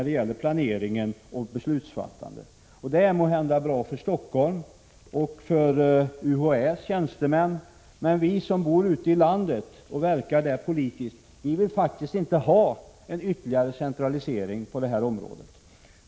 Det är måhända bra för Stockholm och för UHÄ:s tjänstemän, men vi som bor ute i landet och är politiskt verksamma där vill faktiskt inte ha en ytterligare centralisering på det här området.